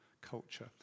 culture